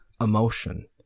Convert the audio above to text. emotion